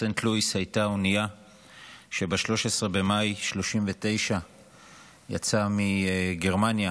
סנט לואיס הייתה אונייה שב-13 במאי 1939 יצאה מגרמניה